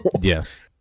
Yes